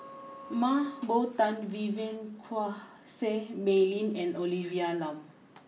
Mah Bow Tan Vivien Quahe Seah Mei Lin and Olivia Lum